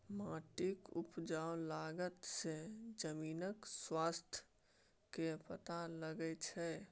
माटिक उपजा तागत सँ जमीनक स्वास्थ्य केर पता लगै छै